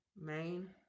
Main